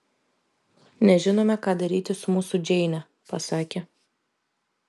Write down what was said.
nežinome ką daryti su mūsų džeine pasakė